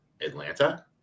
Atlanta